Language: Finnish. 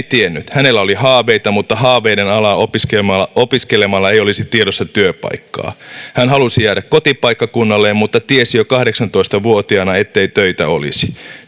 tiennyt hänellä oli haaveita mutta haaveiden alaa opiskelemalla opiskelemalla ei olisi tiedossa työpaikkaa hän halusi jäädä kotipaikkakunnalleen mutta tiesi jo kahdeksantoista vuotiaana ettei töitä olisi